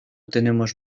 tenemos